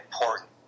important